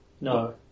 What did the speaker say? No